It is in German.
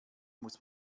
muss